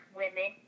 women